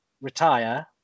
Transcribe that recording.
retire